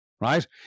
right